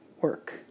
work